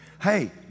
Hey